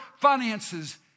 finances